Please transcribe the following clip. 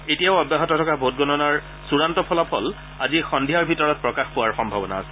এতিয়াও অব্যাহত থকা ভোটগণনাৰ চুড়ান্ত ফলাফল আজি সন্ধিয়াৰ ভিতৰত প্ৰকাশ পোৱাৰ সম্ভাৱনা আছে